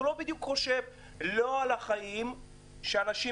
הוא לא בדיוק חושב על החיים של אנשים